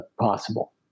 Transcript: possible